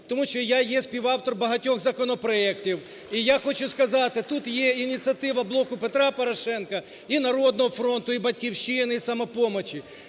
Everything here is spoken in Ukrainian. тому що я є співавтор багатьох законопроектів. І я хочу сказати, тут є ініціатива "Блоку Петра Порошенка" і "Народного фронту", і "Батьківщини", і "Самопомочі".